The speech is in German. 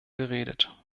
geredet